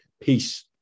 Peace